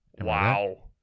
wow